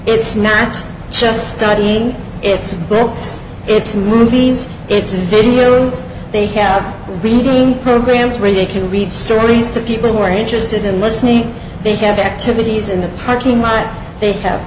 it's not just studying its books it's movies it's a videos they have reading programs where they can read stories to people who are interested in listening they have activities in the parking lot they have